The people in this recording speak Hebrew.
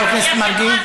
אדוני חבר הכנסת מרגי,